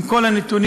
עם כל הנתונים,